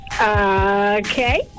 Okay